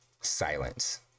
silence